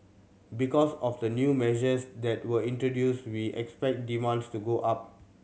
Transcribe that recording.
because of the new measures that were introduced we expect demands to go up